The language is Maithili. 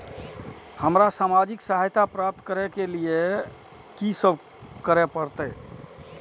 हमरा सामाजिक सहायता प्राप्त करय के लिए की सब करे परतै?